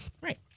Right